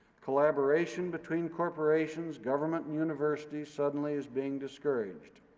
collaboration between corporations, government, and universities suddenly is being discouraged.